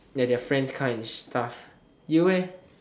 ya their friends car and stuff you leh